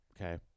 Okay